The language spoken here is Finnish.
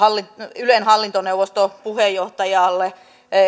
ylen hallintoneuvoston puheenjohtajalle